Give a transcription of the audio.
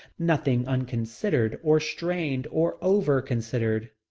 nothing unconsidered or strained or over-considered.